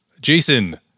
Jason